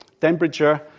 temperature